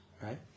right